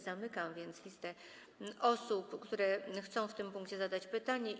Zamykam więc listę osób, które chcą w tym punkcie zadać pytanie.